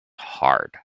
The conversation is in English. hard